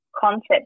concept